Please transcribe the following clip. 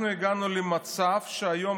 אנחנו הגענו למצב שהיום,